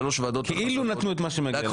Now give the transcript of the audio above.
כאילו נתנו את מה שמגיע לנו.